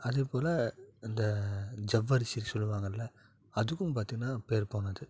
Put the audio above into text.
அதைப்போல் இந்த ஜவ்வரிசினு சொல்வாங்கள அதுக்கும் பார்த்திங்கனா பேர் போனது